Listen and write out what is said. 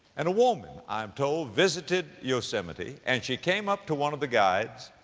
and a woman, i'm told, visited yosemite, and she came up to one of the guides,